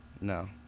No